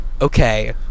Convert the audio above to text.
Okay